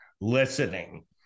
listening